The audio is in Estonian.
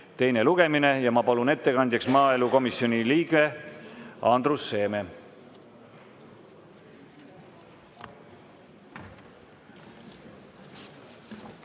teine lugemine. Ma palun ettekandjaks maaelukomisjoni liikme Andrus Seeme.